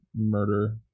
murder